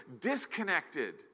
disconnected